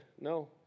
No